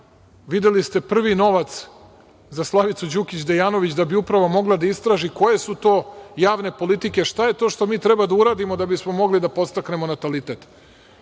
videli ste prvi novac za Slavicu Đukić Dejanović da bi upravo mogla da istraži koje su to javne politike, šta je to što mi treba da uradimo da bismo mogli da podstaknemo natalitet. Dali